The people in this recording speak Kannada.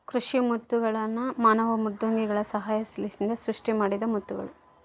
ಕೃಷಿ ಮುತ್ತುಗಳ್ನ ಮಾನವ ಮೃದ್ವಂಗಿಗಳ ಸಹಾಯಲಿಸಿಂದ ಸೃಷ್ಟಿಮಾಡಿದ ಮುತ್ತುಗುಳು